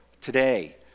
today